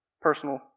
personal